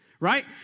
Right